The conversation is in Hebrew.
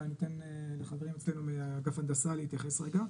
אולי ניתן לחברים אצלנו מאגף הנדסה להתייחס רגע.